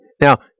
Now